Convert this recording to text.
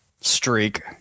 streak